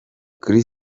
kuri